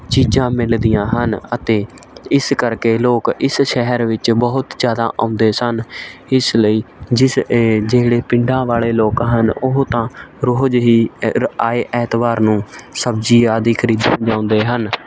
ਚੀਜ਼ਾਂ ਮਿਲਦੀਆਂ ਹਨ ਅਤੇ ਇਸ ਕਰਕੇ ਲੋਕ ਇਸ ਸ਼ਹਿਰ ਵਿੱਚ ਬਹੁਤ ਜ਼ਿਆਦਾ ਆਉਂਦੇ ਸਨ ਇਸ ਲਈ ਜਿਸ ਏ ਜਿਹੜੇ ਪਿੰਡਾਂ ਵਾਲੇ ਲੋਕ ਹਨ ਉਹ ਤਾਂ ਰੋਜ਼ ਹੀ ਏ ਰ ਆਏ ਐਤਵਾਰ ਨੂੰ ਸਬਜ਼ੀ ਆਦਿ ਖਰੀਦਣ ਆਉਂਦੇ ਹਨ